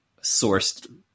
sourced